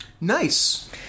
nice